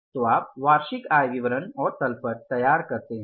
तो आप वार्षिक आय विवरण और तल पट तैयार करते है